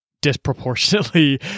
disproportionately